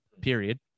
period